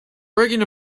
breaking